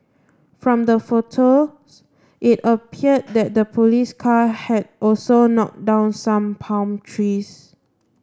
from the photos it appeared that the police car had also knocked down some palm trees